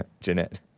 Jeanette